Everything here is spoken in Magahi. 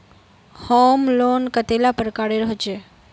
होम लोन कतेला प्रकारेर होचे?